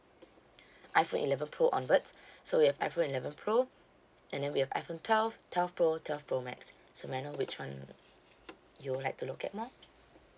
iphone eleven pro onwards so we have iphone eleven pro and then we have iphone twelve twelve pro twelve pro max so may I know which one you would like to look at more